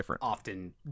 often